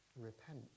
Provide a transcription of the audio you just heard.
repent